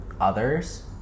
others